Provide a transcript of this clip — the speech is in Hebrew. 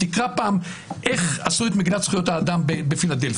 תקרא פעם איך עשו את מגילת זכויות האדם בפילדלפיה.